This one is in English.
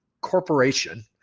corporation